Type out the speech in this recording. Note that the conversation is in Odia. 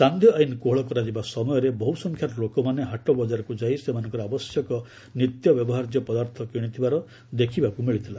ସାନ୍ଧ୍ୟ ଆଇନ୍ କୋହଳ କରାଯିବା ସମୟରେ ବହୁ ସଂଖ୍ୟାରେ ଲୋକମାନେ ହାଟବଜାରକୁ ଯାଇ ସେମାନଙ୍କର ଆବଶ୍ୟକ ନିତ୍ୟ ବ୍ୟବହାର୍ଯ୍ୟ ପଦାର୍ଥ କିଣିଥିବାର ଦେଖିବାକୁ ମିଳିଥିଲା